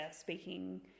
speaking